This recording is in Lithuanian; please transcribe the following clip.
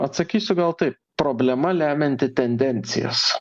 atsakysiu gal tai problema lemianti tendencijas